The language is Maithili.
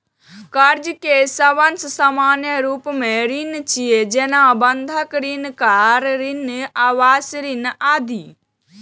कर्ज के सबसं सामान्य रूप ऋण छियै, जेना बंधक ऋण, कार ऋण, आवास ऋण आदि